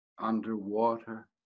underwater